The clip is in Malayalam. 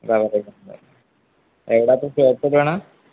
എവിടെയാണ് ഇപ്പം എവിടെയാണ്